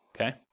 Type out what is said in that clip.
Okay